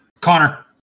Connor